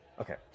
okay